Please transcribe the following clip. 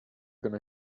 gonna